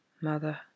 Mother